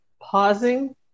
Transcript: pausing